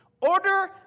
Order